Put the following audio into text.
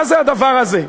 מה זה הדבר הזה?